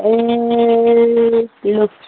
ए लु